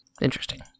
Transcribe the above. Interesting